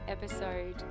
Episode